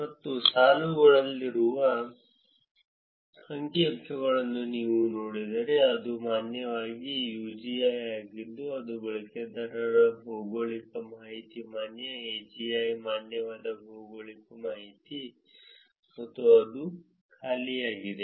ಮತ್ತು ಸಾಲುಗಳಲ್ಲಿರುವ ಅಂಕಿಅಂಶಗಳನ್ನು ನೀವು ನೋಡಿದರೆ ಇದು ಮಾನ್ಯವಾದ UGI ಆಗಿದ್ದು ಅದು ಬಳಕೆದಾರರ ಭೌಗೋಳಿಕ ಮಾಹಿತಿ ಮಾನ್ಯ AGI ಮಾನ್ಯವಾದ ಭೌಗೋಳಿಕ ಮಾಹಿತಿ ಮತ್ತು ಅದು ಖಾಲಿಯಾಗಿದೆ